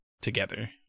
together